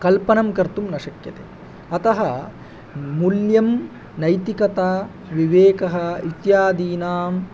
कल्पनं कर्तुं न शक्यते अतः मूल्यं नैतिकता विवेकः इत्यादीनां